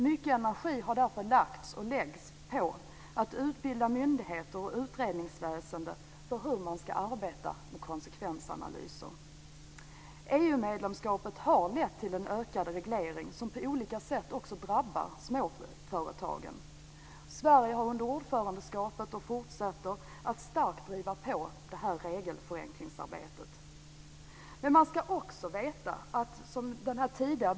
Mycket energi har därför lagts och läggs på att utbilda myndigheter och utredningsväsende i hur man ska arbeta med konsekvensanalyser. EU-medlemskapet har lett till en ökad reglering, som på olika sätt också drabbar småföretagen. Sverige har under ordförandeskapet starkt drivit på regelförenklingsarbetet, och man fortsätter med det.